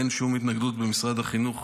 אין שום התנגדות במשרד החינוך,